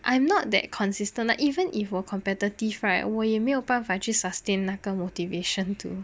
I am not that consistent like even if 我 competitive right 我也没有办法 actually sustain 那个 motivation to